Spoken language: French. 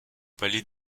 palais